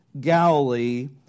Galilee